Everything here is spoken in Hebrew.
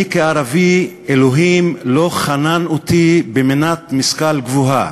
אני, כערבי, אלוהים לא חנן אותי במנת משכל גבוהה.